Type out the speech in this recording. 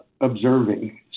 observing